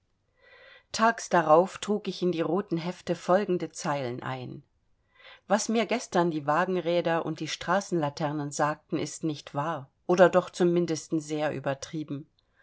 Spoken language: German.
tags darauf trug ich in die roten hefte folgende zeilen ein was mir gestern die wagenräder und die straßenlaternen sagten ist nicht wahr oder doch zum mindesten sehr übertrieben